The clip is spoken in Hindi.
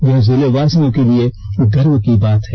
यह जिले वासियों के लिए गर्व की बात है